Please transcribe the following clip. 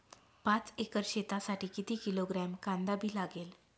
पाच एकर शेतासाठी किती किलोग्रॅम कांदा बी लागेल?